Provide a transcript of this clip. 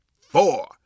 four